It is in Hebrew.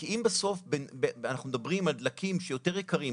כי בסוף אנחנו מדברים על דלקים שהם יותר יקרים.